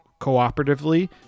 cooperatively